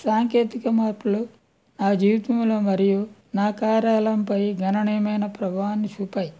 సాంకేతిక మార్పులు నా జీవితంలో మరియు నా కార్యాలయంపై గణనీయమైన ప్రభావాన్ని చూపాయి